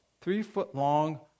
three-foot-long